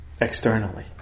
Externally